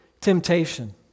temptation